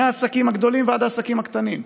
מהעסקים הגדולים ועד העסקים הקטנים.